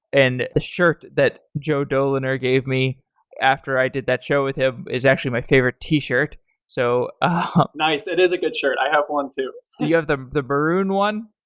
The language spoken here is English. and the shirt that joe doliner gave me after i did that show with him is actually my favorite t-shirt so ah nice. it is a good shirt. i have one too you have the the maroon one?